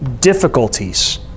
Difficulties